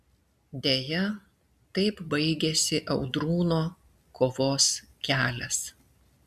deja taip baigėsi audrūno kovos kelias